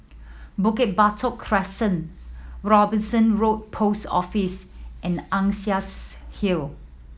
Bukit Batok Crescent Robinson Road Post Office and Ann Hill